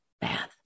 bath